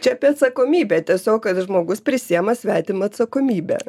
čia apie atsakomybę tiesiog kad žmogus prisiima svetimą atsakomybę